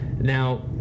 Now